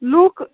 لوٗکھ